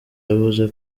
yavuze